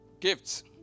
gifts